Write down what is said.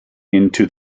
into